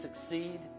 succeed